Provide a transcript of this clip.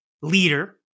leader